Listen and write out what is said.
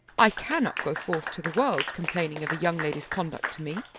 i cannot go forth to the world complaining of a young lady's conduct to me.